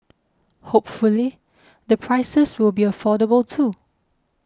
hopefully the prices will be affordable too